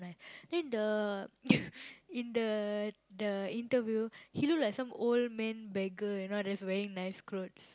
then the in the the interview he look like some old man beggar you know just wearing nice clothes